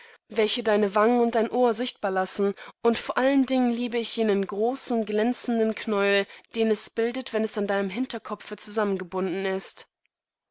welche deine wangen und dein ohr sichtbar lassen und vor allen dingen liebe ich jenen großen glänzenden knäuel den es bildet wenn es an deinem hinterkopfezusammengebundenist o